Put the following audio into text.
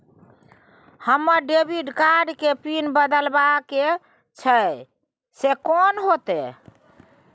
हमरा debit card के PIN बदलवा के छै से कोन होतै?